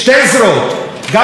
זה מה שמורים לצה"ל,